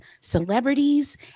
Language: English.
celebrities